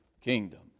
kingdom